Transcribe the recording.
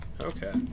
Okay